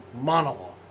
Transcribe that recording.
monologue